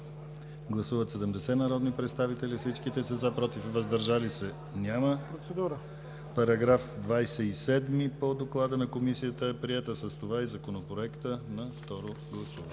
Гласували 70 народни представители: за 70, против и въздържали се няма. Параграф 27 по доклада на Комисията е приет, а с това и Законопроектът на второ гласуване.